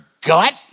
gut